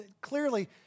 clearly